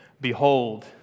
Behold